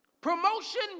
Promotion